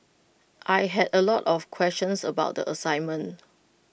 I had A lot of questions about the assignment